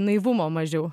naivumo mažiau